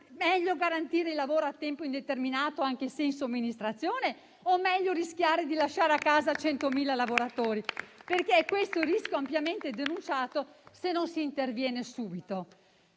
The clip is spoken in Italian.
Meglio garantire il lavoro a tempo indeterminato, anche se in somministrazione, o rischiare di lasciare a casa 100.000 lavoratori? È questo il rischio ampiamente denunciato, se non si interviene subito.